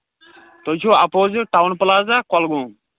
تُہۍ چھِو opposite town plaza Kulgam